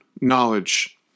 knowledge